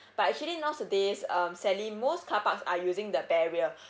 but actually nowadays um sally most carpark are using the barrier